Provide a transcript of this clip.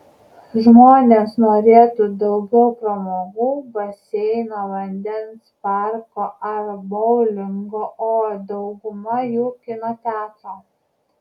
žmonės norėtų daugiau pramogų baseino vandens parko ar boulingo o dauguma jų kino teatro